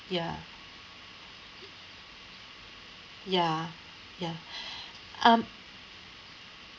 ya ya ya um